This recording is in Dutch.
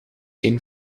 één